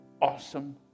awesome